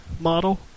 model